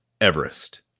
Everest